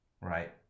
right